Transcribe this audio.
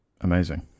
amazing